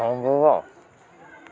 थांबवा